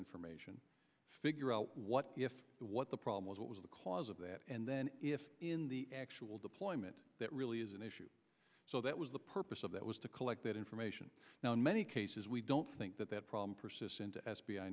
information figure out what the what the problem was what was the cause of that and then if in the actual deployment that really is an issue so that was the purpose of that was to collect that information now in many cases we don't think that that problem persist